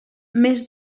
més